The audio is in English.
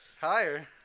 Higher